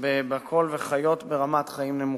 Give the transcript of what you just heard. בכך וחיות ברמת חיים נמוכה.